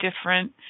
different